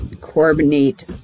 coordinate